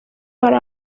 hari